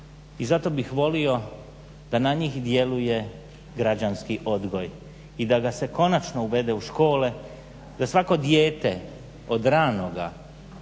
i zato bih volio da na njih djeluje građanski odgoj. I da ga se konačno uvede u škole, da svako dijete od ranoga